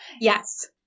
Yes